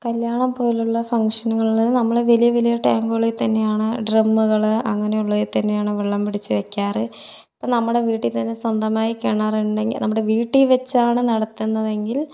കല്യാണം പോലെയുള്ള ഫങ്ഷണുകളിൽ നമ്മൾ വലിയ വലിയ ടാങ്കുകളിൽ തന്നെയാണ് ഡ്രമ്മുകൾ അങ്ങനെയുള്ളതിൽ തന്നെയാണ് വെള്ളം പിടിച്ച് വെക്കാറ് ഇപ്പം നമ്മുടെ വീട്ടിൽ തന്നേ സ്വന്തമായി കിണറുണ്ടെങ്കിൽ നമ്മുടെ വീട്ടിൽ വെച്ചാണ് നടത്തുന്നതെങ്കിൽ